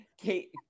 Kate